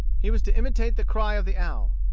he was to imitate the cry of the owl.